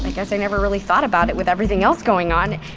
like guess i never really thought about it with everything else going on.